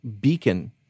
beacon